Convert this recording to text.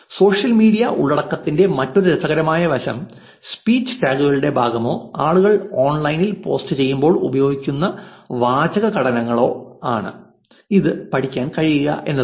social media ഉള്ളടക്കത്തിന്റെ മറ്റൊരു രസകരമായ വശം സ്പീച്ച് ടാഗുകളുടെ ഭാഗമോ ആളുകൾ ഓൺലൈനിൽ പോസ്റ്റുചെയ്യുമ്പോൾ ഉപയോഗിക്കുന്ന വാചക ഘടനകളോ ആണ് ഇത് പഠിക്കാൻ കഴിയുക എന്നതാണ്